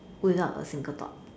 without a single thought